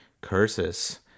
curses